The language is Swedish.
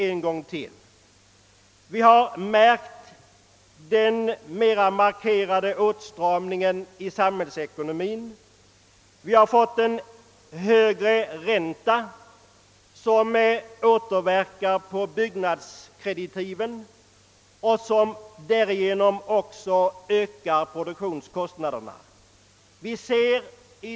Vi har nu märkt den mer markerade åtstramningen i samhällsekonomin och vi har fått en högre ränta som återverkar i byggnadskreditiven varigenom produktionskostnaderna ökas.